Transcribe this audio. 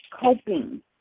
coping